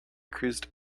cruised